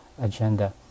agenda